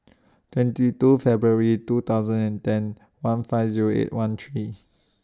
twenty two February two thousand and ten one five Zero eight one three